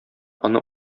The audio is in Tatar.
аны